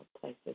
places